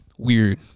weird